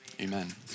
amen